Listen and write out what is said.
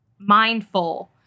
mindful